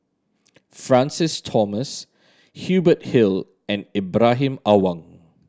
Francis Thomas Hubert Hill and Ibrahim Awang